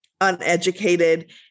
uneducated